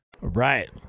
right